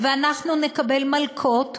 ואנחנו נקבל מלקות,